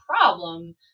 problem